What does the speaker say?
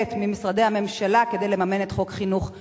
ממשרדי הממשלה כדי לממן את חוק חינוך חינם,